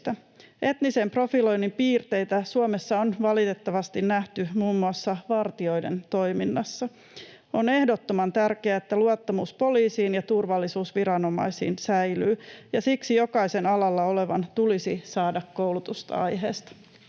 Etnisen profiloinnin piirteitä Suomessa on valitettavasti nähty muun muassa vartijoiden toiminnassa. On ehdottoman tärkeää, että luottamus poliisiin ja turvallisuusviranomaisiin säilyy, ja siksi jokaisen alalla olevan tulisi saada koulutusta aiheesta.